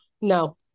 No